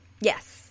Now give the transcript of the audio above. Yes